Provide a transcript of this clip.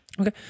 Okay